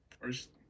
first